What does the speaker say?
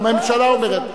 הצרכן.